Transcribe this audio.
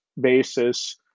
basis